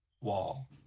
Wall